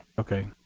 ok.